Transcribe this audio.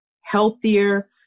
healthier